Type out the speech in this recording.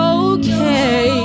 okay